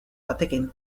batekin